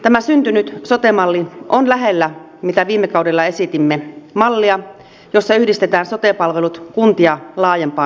tämä syntynyt sote malli on lähellä mallia mitä viime kaudella esitimme jossa yhdistetään sote palvelut kuntia laajempaan hallintomalliin